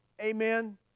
amen